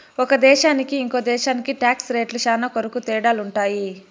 ఒక దేశానికి ఇంకో దేశానికి టాక్స్ రేట్లు శ్యానా కొరకు తేడాలుంటాయి